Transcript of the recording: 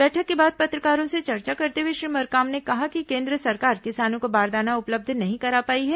बैठक के बाद पत्रकारों से चर्चा करते हुए श्री मरकाम ने कहा कि केन्द्र सरकार किसानों को बारदाना उपलब्ध नहीं करा पाई है